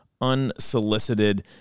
unsolicited